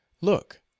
Look